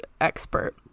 expert